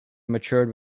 matured